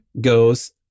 goes